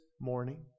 morning